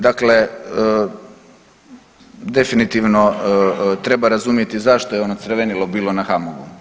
Dakle, definitivno treba razumjeti zašto je ono crvenilo bilo na HAMAGU.